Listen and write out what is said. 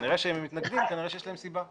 אם הם מתנגדים, כנראה שיש להם סיבה.